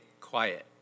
quiet